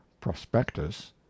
prospectus